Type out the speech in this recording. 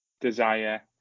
desire